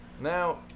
Now